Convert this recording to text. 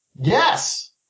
Yes